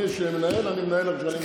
כשאני מנהל, אני מנהל איך שאני מבין.